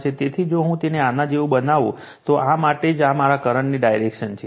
તેથી જો હું તેને આના જેવું બનાવું તો આ માટે જ આ મારા કરંટની ડાયરેક્શન છે